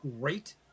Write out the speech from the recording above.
great